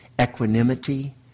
equanimity